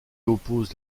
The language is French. oppose